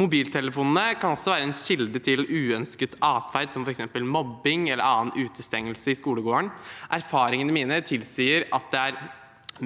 Mobiltelefonene kan også være en kilde til uønsket atferd, som f.eks. mobbing eller annen utestengelse i skolegården. Erfaringene mine tilsier at det er